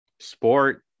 Sport